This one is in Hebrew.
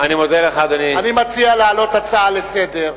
אני מציע להעלות הצעה לסדר-היום,